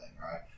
right